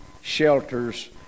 shelters